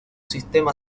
sistema